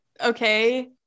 okay